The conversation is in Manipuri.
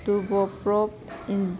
ꯇꯨꯕꯣꯄ꯭ꯔꯣꯛ ꯏꯟ